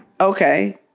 Okay